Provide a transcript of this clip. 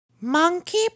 Monkey